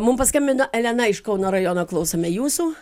mums paskambino elena iš kauno rajono klausome jūsų